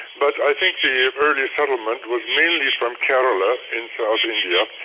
but i think the earliest settlement was mainly from kerala in south india,